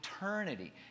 eternity